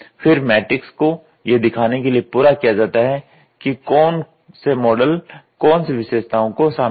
फिर मैट्रिक्स को यह दिखाने के लिए पूरा किया जाता है कि कौन से मॉडल कौन सी विशेषताओं को शामिल करते हैं